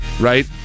right